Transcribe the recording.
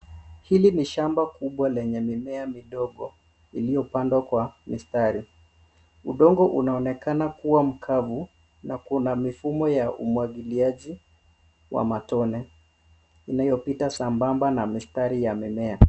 Hili ni shamba kubwa lenye mimea midogo iliyopandwa kwa mistari. Udongo unaonekana kuwa mkavu na kuna mifumo ya umwagiliaji wa matone inayopita sambamba na mistari ya mimea.